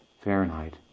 Fahrenheit